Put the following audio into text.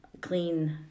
clean